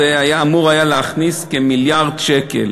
זה אמור היה להכניס כמיליארד שקל.